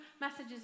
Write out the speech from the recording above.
messages